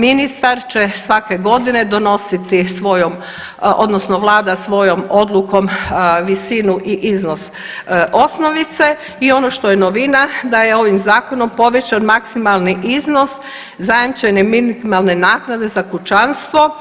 Ministar će svake godine donositi svojom odnosno Vlada svojom odlukom visinu i iznos osnovice i ono što je novina da je ovim zakonom povećan maksimalni iznos zajamčene minimalne naknade za kućanstvo